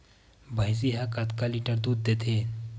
भंइसी हा कतका लीटर दूध देथे?